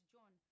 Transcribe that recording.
John